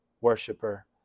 worshiper